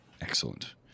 Excellent